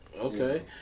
Okay